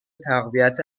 تقویت